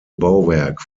bauwerk